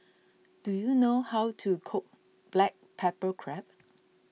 do you know how to cook Black Pepper Crab